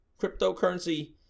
cryptocurrency